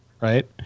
right